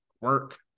work